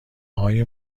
های